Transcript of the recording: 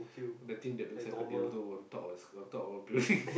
the thing that looks like dildo on top of on top of a building